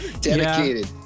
Dedicated